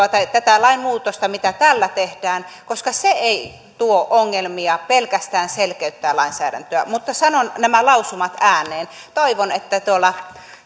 tätä lainmuutosta mitä tällä tehdään koska se ei tuo ongelmia pelkästään selkeyttää lainsäädäntöä mutta sanon nämä lausumat ääneen toivon että tuolla